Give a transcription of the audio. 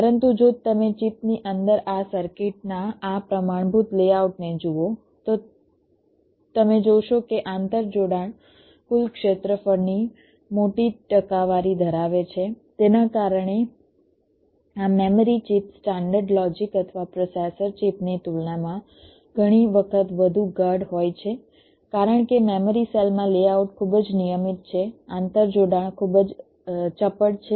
પરંતુ જો તમે ચિપની અંદર આ સર્કિટ ના આ પ્રમાણભૂત લેઆઉટને જુઓ તો તમે જોશો કે આંતરજોડાણ કુલ ક્ષેત્રફળની મોટી ટકાવારી ધરાવે છે તેના કારણે આ મેમરી ચિપ સ્ટાન્ડર્ડ લોજિક અથવા પ્રોસેસર ચિપની તુલનામાં ઘણી વખત વધુ ગાઢ હોય છે કારણ કે મેમરી સેલમાં લેઆઉટ ખૂબ જ નિયમિત છે આંતરજોડાણ ખૂબ જ ચપળ છે